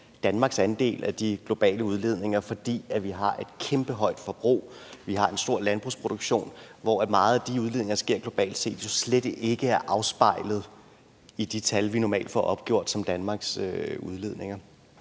Danmarks andel af de globale udledninger, fordi vi har et kæmpehøjt forbrug. Vi har en stor landbrugsproduktion, hvor en stor del af de udledninger, der sker globalt set, jo slet ikke er afspejlet i de tal, vi normalt får opgjort som Danmarks udledninger.